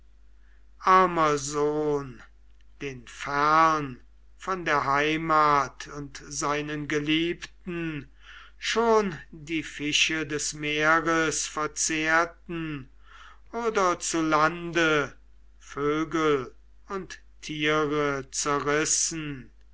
sohn den fern von der heimat und seinen geliebten schon die fische des meers verzehreten oder zu lande vögel und tiere zerrissen